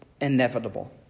inevitable